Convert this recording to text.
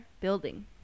building